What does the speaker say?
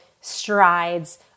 strides